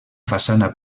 façana